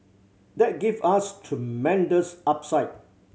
that give us tremendous upside